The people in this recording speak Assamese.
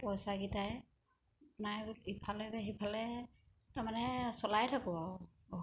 পইচাকেইটাই নাই ইফালে সিফালে তাৰমানে চলাই থাকোঁ আৰু অঁ